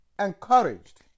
encouraged